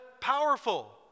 powerful